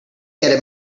edit